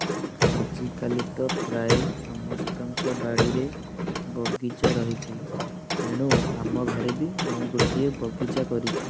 ଆଜିକାଲି ତ ପ୍ରାୟେ ସମସ୍ତଙ୍କ ବାଡ଼ିରେ ବଗିଚା ରହିଛି ତେଣୁ ଆମ ଘରେ ବି ମୁଁ ଗୋଟିଏ ବଗିଚା କରିଛି